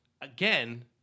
again